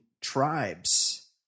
tribes